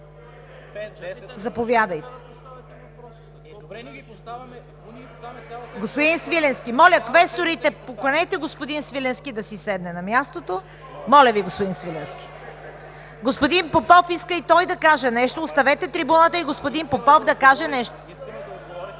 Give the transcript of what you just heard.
КАРАЯНЧЕВА: Господин Свиленски! Моля, квесторите, поканете господин Свиленски да си седне на мястото. Моля Ви, господин Свиленски! Господин Попов иска и той да каже нещо. Оставете трибуната и господин Попов да каже нещо.